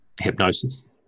hypnosis